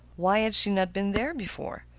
why had she not been there before?